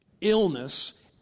illness